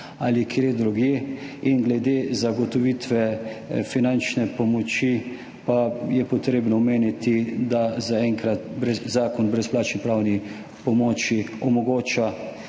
ali kje drugje, in glede zagotovitve finančne pomoči pa je potrebno omeniti, da zaenkrat Zakon o brezplačni pravni pomoči omogoča